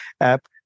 app